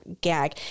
gag